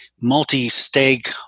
multi-stake